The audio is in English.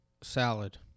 Salad